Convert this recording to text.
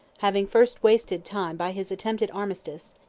having first wasted time by his attempted armistice,